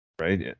right